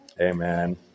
Amen